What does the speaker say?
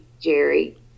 Jerry